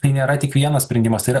tai nėra tik vienas sprendimas tai yra